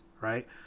right